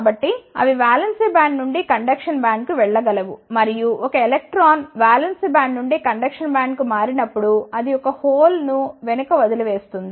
కాబట్టి అవి valence band నుండి కండక్షన్ బ్యాండ్కు వెళ్లగలవు మరియు ఒక ఎలక్ట్రాన్ వాలెన్స్ బ్యాండ్ నుండి కండక్షన్ బ్యాండ్కు మారినప్పుడు అది ఒక హోల్ ను వెనుక వదిలి వేస్తుంది